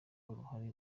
uruhare